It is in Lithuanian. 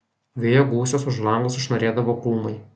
vėjo gūsiuos už lango sušnarėdavo krūmai